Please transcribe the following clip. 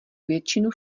většinu